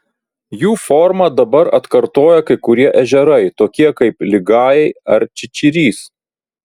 jų formą dabar atkartoja kai kurie ežerai tokie kaip ligajai ar čičirys